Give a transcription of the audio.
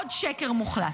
עוד שקר מוחלט.